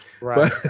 Right